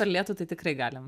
per lietų tai tikrai galim